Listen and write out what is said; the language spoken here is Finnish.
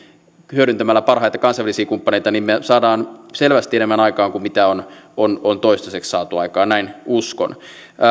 hyödyntämällä parhaita kansainvälisiä kumppaneita niin me saamme selvästi enemmän aikaan kuin mitä on on toistaiseksi saatu aikaan näin uskon